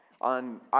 on